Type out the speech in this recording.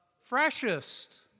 freshest